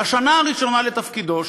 בשנה הראשונה לתפקידו,